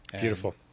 Beautiful